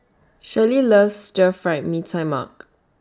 Shirlee loves Stir Fried Mee Tai Mak